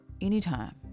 anytime